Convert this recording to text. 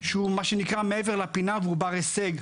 שהוא מעבר לפינה והוא בר הישג,